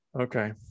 okay